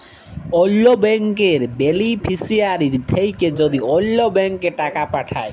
অল্য ব্যাংকের বেলিফিশিয়ারি থ্যাকে যদি অল্য ব্যাংকে টাকা পাঠায়